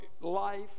life